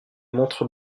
montre